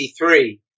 1983